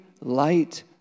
light